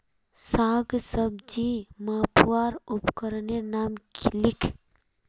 साग सब्जी मपवार उपकरनेर नाम लिख?